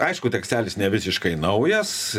aišku tekstelis ne visiškai naujas